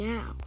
Now